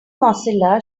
mozilla